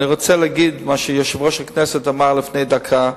אני רוצה להגיד מה שיושב-ראש הכנסת אמר לפני דקה,